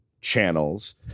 channels